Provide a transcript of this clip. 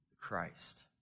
Christ